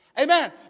Amen